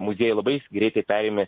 muziejai labai greitai perėmė